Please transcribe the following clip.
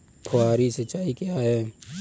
फुहारी सिंचाई क्या है?